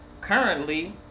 currently